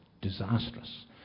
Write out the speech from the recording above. disastrous